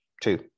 two